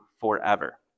forever